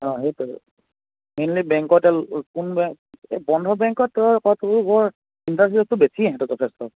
অঁ সেইটো মেইনলি বেংকত কোন বেংক এই বন্ধন বেংকত কয় তোৰ বৰ ইণ্টাৰেষ্টটো বেছি সিহঁতৰ তাত যথেষ্ট